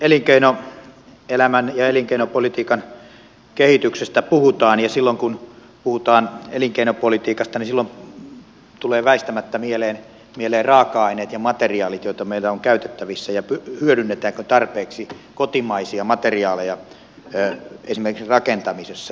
elinkeinoelämän ja elinkeinopolitiikan kehityksestä puhutaan ja silloin kun puhutaan elinkeinopolitiikasta tulevat väistämättä mieleen raaka aineet ja materiaalit joita meillä on käytettävissä ja se hyödynnetäänkö tarpeeksi kotimaisia materiaaleja esimerkiksi rakentamisessa